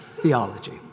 theology